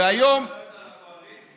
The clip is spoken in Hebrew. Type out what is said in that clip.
השבת שומרת על הקואליציה.